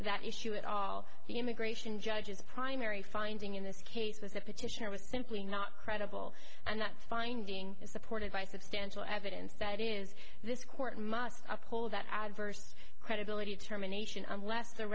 that issue at all the immigration judge is primary finding in this case was the petitioner was simply not credible and that finding is supported by substantial evidence that is this court must uphold that adverse credibility terminations unless the